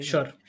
sure